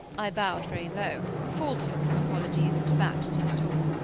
i bowed very low, faltered some apologies, and backed to the door.